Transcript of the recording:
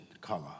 color